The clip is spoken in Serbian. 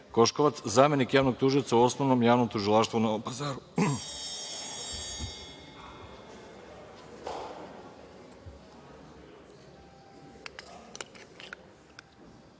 Koškovac, zamenik javnog tužioca u Osnovnom javnom tužilaštvu u